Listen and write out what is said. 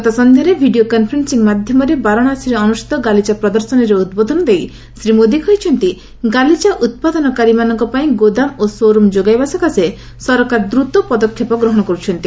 ଗତ ସଂଧ୍ୟାରେ video conferencing ମାଧ୍ୟମରେ ବାରାଣାସୀରେ ଅନୁଷ୍ଠିତ ଗାଲିଚା ପ୍ରଦର୍ଶନୀରେ ଉଦ୍ବୋଧନ ଦେଇ ଶ୍ରୀ ମୋଦି କହିଛନ୍ତି ଗାଲିଚା ଉତ୍ପାଦନକାରୀମାନଙ୍କ ପାଇଁ ଗୋଦାମ ଓ ଶୋରୁମ୍ ଯୋଗାଇବା ସକାଶେ ସରକାର ଦ୍ରତ ପଦକ୍ଷେପ ଗ୍ରହଣ କରୁଛନ୍ତି